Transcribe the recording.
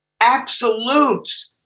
absolutes